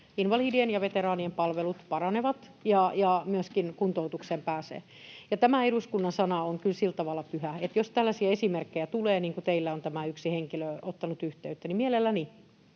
invalidien ja veteraanien palvelut paranevat ja myöskin kuntoutukseen pääsee, ja tämä eduskunnan sana on kyllä sillä tavalla pyhä, että jos tällaisia esimerkkejä tulee, niin kuin teihin on tämä yksi henkilö ottanut yhteyttä, niin mielelläni